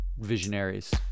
visionaries